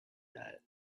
that